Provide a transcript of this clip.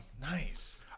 nice